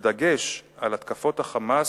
בדגש על התקפות ה"חמאס"